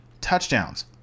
touchdowns